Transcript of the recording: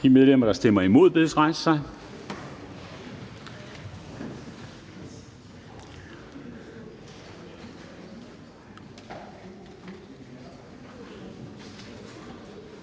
De medlemmer, der stemmer imod, bedes rejse sig.